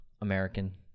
American